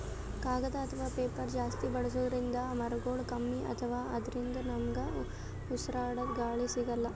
ಕಾಗದ್ ಅಥವಾ ಪೇಪರ್ ಜಾಸ್ತಿ ಬಳಸೋದ್ರಿಂದ್ ಮರಗೊಳ್ ಕಮ್ಮಿ ಅತವ್ ಅದ್ರಿನ್ದ ನಮ್ಗ್ ಉಸ್ರಾಡ್ಕ ಗಾಳಿ ಸಿಗಲ್ಲ್